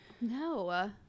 No